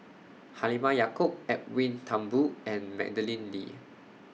Halimah Yacob Edwin Thumboo and Madeleine Lee